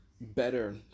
better